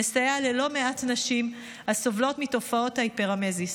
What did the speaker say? מסייעת ללא מעט נשים הסובלות מתופעות ההיפרמזיס.